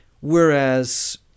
Whereas